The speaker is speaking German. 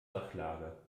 sachlage